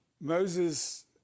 Moses